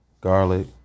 garlic